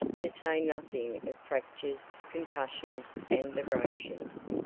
to say nothing of fractures, concussions, and abrasions.